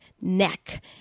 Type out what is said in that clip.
neck